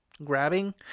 Grabbing